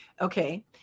okay